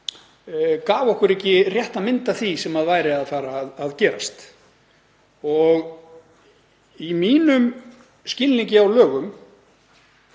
gaf okkur ekki rétta mynd af því sem væri að fara að gerast. Í mínum skilningi á lögum,